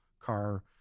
car